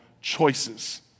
choices